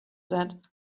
that